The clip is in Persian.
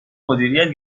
مدیریت